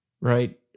right